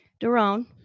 Daron